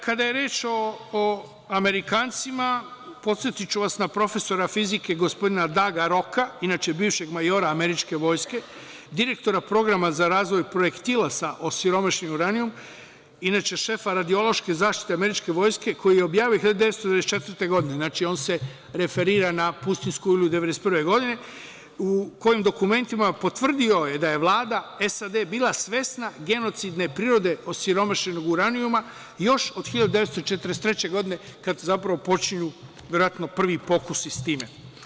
Kada je reč o Amerikancima, podsetiću vas na profesora fizike gospodina Daga Roka, inače bivšeg majora američke vojske, direktora Programa za razvoj projektila sa osiromašenim uranijumom, inače šefa radiološke zaštite američke vojske koji je objavio 1994. godine, znači, on se referira na Pustinjsku oluju 1991. godine u kojim je dokumentima potvrdio da je Vlada SAD bila svesna genocidne prirode osiromašenog uranijuma još od 1943. godine, kada zapravo počinju verovatno prvi pokusi s time.